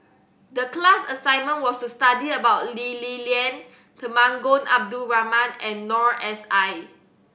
the class assignment was to study about Lee Li Lian Temenggong Abdul Rahman and Noor S I